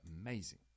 amazing